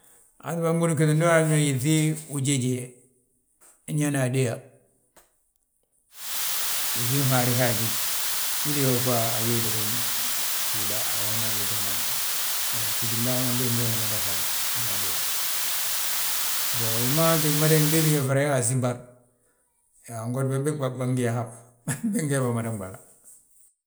A waa ti ma bânɓuni ggít ndu uyaan yaa yíŧi ujeje, unyaana adéyaa. Yíŧin faare hi agíw, hide yoofi awéli ho fuuda, ayoof ma, gbítim bâa ma bég ngee ma mada ŧaga, hina adéyaa. Mbo hi maa tti mada gdéti fereŋ he ga asinbar, angod ge bàg bà bângi yo hab, laugh bég ngee bâa mada ɓala.